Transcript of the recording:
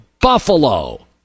Buffalo